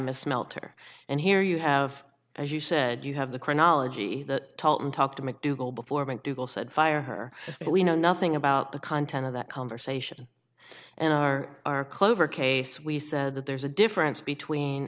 miss melter and here you have as you said you have the chronology that talked to mcdougal before mcdougal said fire her we know nothing about the content of that conversation and are are clover case we said that there's a difference between